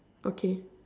okay